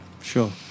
Sure